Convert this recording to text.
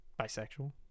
Bisexual